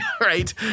right